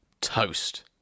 Toast